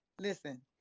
Listen